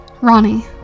Ronnie